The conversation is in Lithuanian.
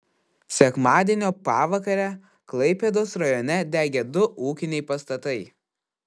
sekmadienio pavakarę klaipėdos rajone degė du ūkiniai pastatai